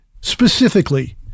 specifically